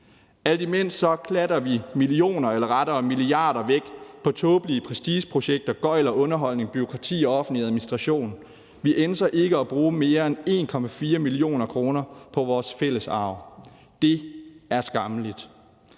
Alt imens klatter vi millioner eller rettere milliarder væk på tåbelige prestigeprojekter, gøgl og underholdning, bureaukrati og offentlig administration. Vi ønsker ikke at bruge mere end 1,4 mio. kr. på vores fælles arv. Det er skammeligt.